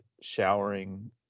showering